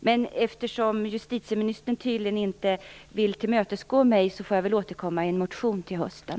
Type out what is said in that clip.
Men eftersom justitieministern tydligen inte vill tillmötesgå mig får jag väl återkomma i en motion till hösten.